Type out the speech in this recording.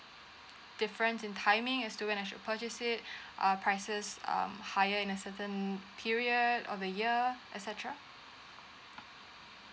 difference in timing is to when should I purchase it uh prices um higher in a certain period of the year etcetera